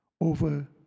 over